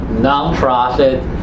non-profit